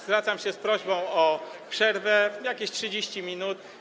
Zwracam się z prośbą o przerwę, jakieś 30 minut.